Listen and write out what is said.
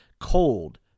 Cold